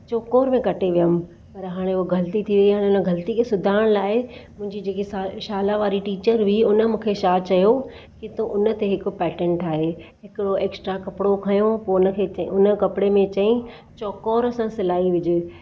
चोकोर में कटे वियमि पर हाणे हूअ ग़लती थी वेई हुन ग़लती खे सुधारणु लाइ मुंहिंजी जेकी शाला वारी टीचर हुई हुन मूंखे छा चयो कि तूं हुन ते हिकु पेटर्न ठाइ हिकिड़ो एक्स्ट्रा कपड़ो खंयो हुन कपड़े में चईं चोकोर सां सिलाई विझु